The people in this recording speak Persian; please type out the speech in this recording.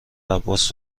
عباس